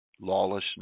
lawlessness